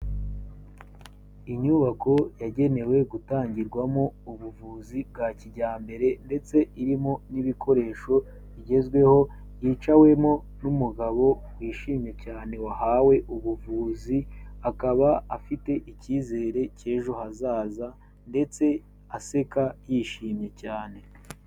Inyubako yagenewe gutangirwamo ubuvuzi bwa kijyambere ndetse irimo n'ibikoresho bigezweho, yicawemo n'umugabo wishimye cyane wahawe ubuvuzi, akaba afite icyizere cy'ejo hazaza ndetse aseka, yishimye cyane.